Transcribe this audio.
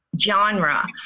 genre